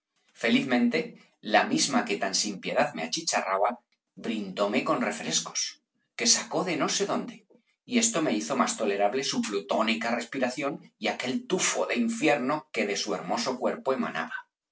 felizmente la misma que tan sin piedad me achicharraba brindóme con refrescos que sacó no sé de dónde y esto me hizo más tolerable suplutónica respiración y aquel tufo de infierno que de su hermoso cuerpo emanaba